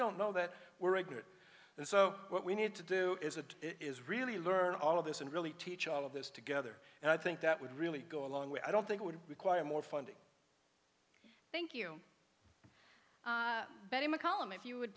don't know that we're ignorant and so what we need to do is it is really learn all of this and really teach all of this together and i think that would really go a long way i don't think would require more funding thank you betty mccollum if you would